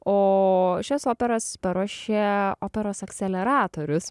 o šias operas paruošė operos akseleratorius